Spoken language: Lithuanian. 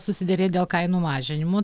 susiderėt dėl kainų mažinimų